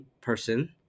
person